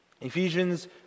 Ephesians